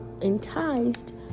enticed